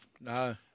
No